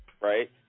Right